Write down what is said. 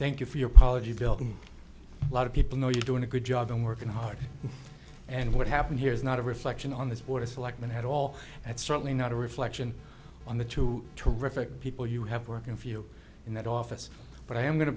thank you for your policy building a lot of people know you doing a good job and working hard and what happened here is not a reflection on this board of selectmen at all that's certainly not a reflection on the two terrific people you have working for you in that office but i am going to